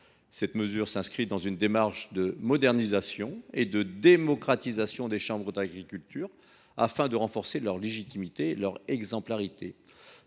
Cette mesure s’inscrit dans une démarche de modernisation et de démocratisation des chambres d’agriculture. Son but est de renforcer leur légitimité et leur exemplarité,